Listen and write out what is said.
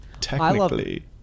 technically